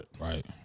right